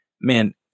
man